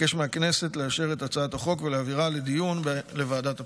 אבקש מהכנסת לאשר את הצעת החוק ולהעבירה לדיון בוועדת הפנים.